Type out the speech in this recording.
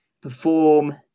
perform